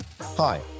Hi